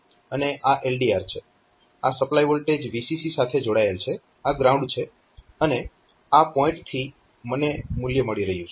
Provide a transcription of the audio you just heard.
આ supply voltage VCC સાથે જોડાયેલ છે આ ગ્રાઉન્ડ છે અને આ પોઇન્ટથી મને મૂલ્ય મળી રહ્યું છે